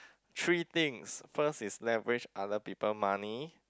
three things is leverage other people money